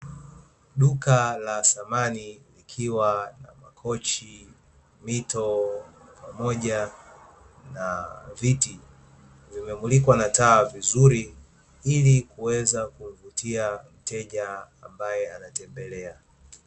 Duka la samani likiwa na Makochi, mito pamoja na viti, vimemulikwa na taa vizuri ili kuweza kumvutia mteja ambaye anatembelea.